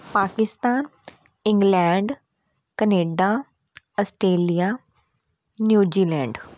Pakistan England Canada Australia New Zealand